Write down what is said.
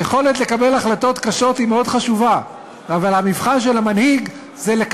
היית נותן להם חודשיים, אני לא הגנתי על זה.